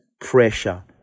pressure